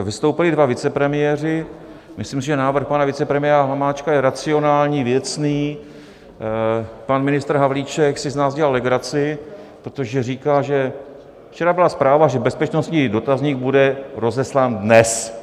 Vystoupili dva vicepremiéři, myslím, že návrh pana vicepremiéra Hamáčka je racionální, věcný, pan ministr Havlíček si z nás dělá legraci, protože říká, že včera byla zpráva, že bezpečnostní dotazník bude rozeslán dnes.